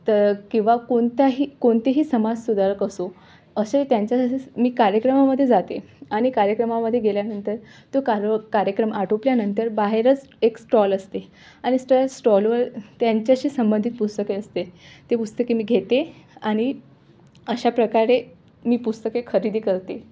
तर किंवा कोणत्याही कोणतेही समाज सुधारक असो असे त्यांच्यासाठी मी कार्यक्रमामध्ये जाते आणि कार्यक्रमामध्ये गेल्यानंतर तो कारो कार्यक्रम आटोपल्यानंतर बाहेरच एक स्टॉल असते आणि स्ट स्टॉलवर त्यांच्याशी संबंधित पुस्तके असते ते पुस्तके मी घेते आणि अशा प्रकारे मी पुस्तके खरेदी करते